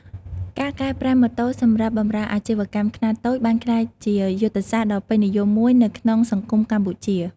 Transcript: ការកែប្រែម៉ូតូសម្រាប់បម្រើអាជីវកម្មខ្នាតតូចបានក្លាយជាយុទ្ធសាស្ត្រដ៏ពេញនិយមមួយនៅក្នុងសង្គមកម្ពុជា។